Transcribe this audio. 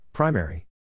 Primary